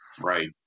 right